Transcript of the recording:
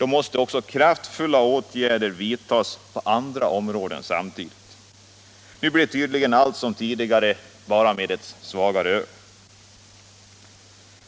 måste kraftfulla åtgärder vidtas på andra områden samtidigt. Nu förblir tydligen allt som tidigare, förutom att man får ett svagare öl.